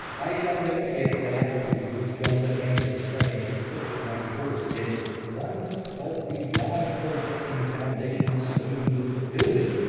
i shall never forget the alacrity with which johnson answered, striking his foot with mighty force against one of the large projecting foundation stones of the building,